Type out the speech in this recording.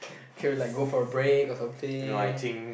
can we like go for a break or something